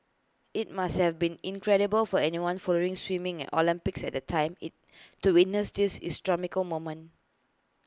IT must have been incredible for anyone following swimming at Olympics at the time IT to witness this moment